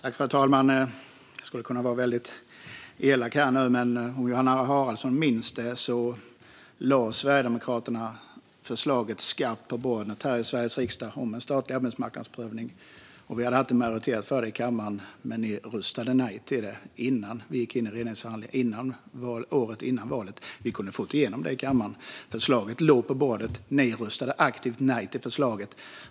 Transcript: Fru talman! Jag skulle kunna vara väldigt elak här. Jag vet inte om Johanna Haraldsson minns det, men Sverigedemokraterna lade ett skarpt förslag om en statlig arbetsmarknadsprövning på bordet här i Sveriges riksdag. Vi kunde ha fått majoritet för det i kammaren, men ni röstade nej. Detta var året innan valet, innan vi gick in i regeringsförhandlingar. Vi kunde ha fått igenom detta i kammaren. Förslaget låg på bordet. Ni röstade aktivt nej till förslaget.